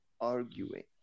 arguing